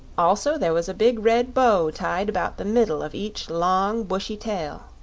also, there was a big red bow tied about the middle of each long, bushy tail.